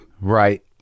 Right